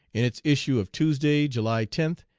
in its issue of tuesday, july tenth,